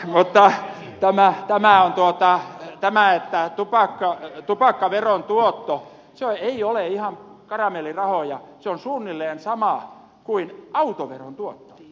mutta tämä voidaan tuottaa näyttää tupakka tupakkaveron tuotto ei ole ihan karamellirahoja se on suunnilleen sama kuin autoveron tuotto